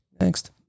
Next